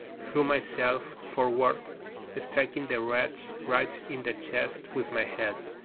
threw myself forward, striking the wretch right in the chest with my head,